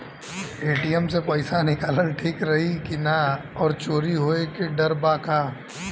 ATM से पईसा निकालल ठीक रही की ना और चोरी होये के डर बा का?